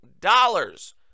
dollars